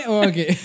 okay